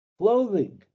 clothing